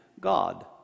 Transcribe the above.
God